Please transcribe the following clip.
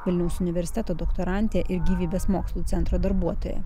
vilniaus universiteto doktorantė ir gyvybės mokslų centro darbuotoja